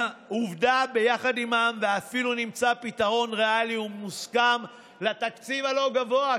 ועובדה שביחד עימם אפילו נמצא פתרון ריאלי ומוסכם לתקציב הלא-גבוה,